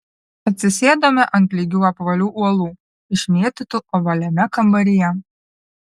atsisėdome ant lygių apvalių uolų išmėtytų ovaliame kambaryje